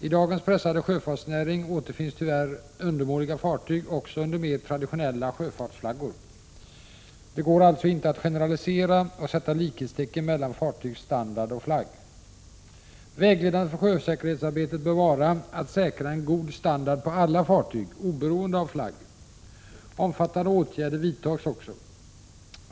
I dagens pressade sjöfartsnäring återfinns tyvärr undermåliga fartyg också under mer traditionella sjöfartsflaggor. Det går alltså inte att generalisera och sätta likhetstecken mellan fartygs standard och flagg. Vägledande för sjösäkerhetsarbetet bör vara att säkra en god standard på alla fartyg oberoende av flagg. Omfattande åtgärder vidtas också.